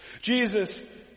Jesus